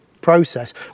process